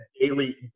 daily